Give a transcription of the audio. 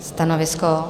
Stanovisko?